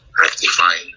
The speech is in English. rectifying